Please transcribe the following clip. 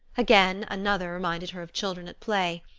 again, another reminded her of children at play,